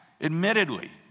admittedly